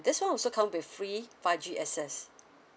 this one also come with free five G access